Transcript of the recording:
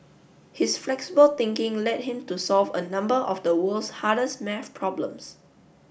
his flexible thinking led him to solve a number of the world's hardest maths problems